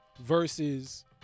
Versus